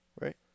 right